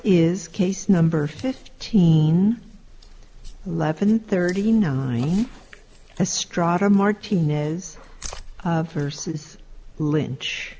is case number fifteen in levon thirty nine a straw to martinez versus lynch